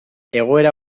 egoera